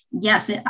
yes